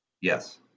Yes